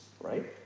Right